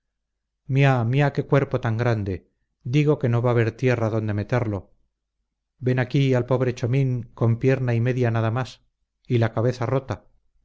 pelota miá miá qué cuerpo tan grande digo que no va a haber tierra donde meterlo ved aquí al pobre chomín con pierna y media nada más y la cabeza rota